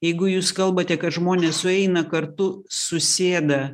jeigu jūs kalbate kad žmonės sueina kartu susėda